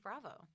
Bravo